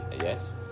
yes